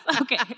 Okay